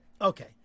okay